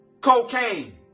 cocaine